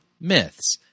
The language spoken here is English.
myths